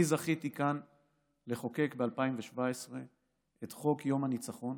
אני זכיתי כאן לחוקק ב-2017 את חוק יום הניצחון,